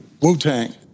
Wu-Tang